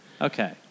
Okay